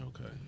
Okay